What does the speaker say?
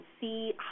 see